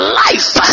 life